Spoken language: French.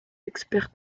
expert